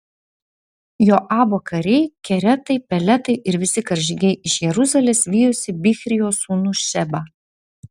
joabo kariai keretai peletai ir visi karžygiai iš jeruzalės vijosi bichrio sūnų šebą